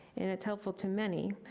and it's helpful to many,